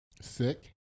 Sick